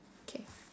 K